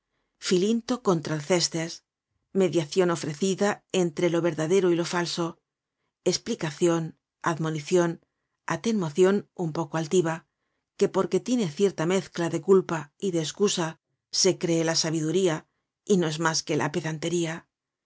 filinto contra alcestes mediacion ofrecida entre lo verdadero y lo falso esplicacion admonicion atenuacion un poco altiva que porque tiene cierta mezcla de culpa y de escusa se cree la sabiduría y no es mas que la pedantería